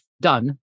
done